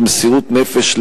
במסירות נפש,